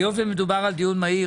היות ומדובר על דיון מהיר,